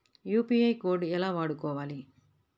UPI code ఎలా వాడుకోవాలి?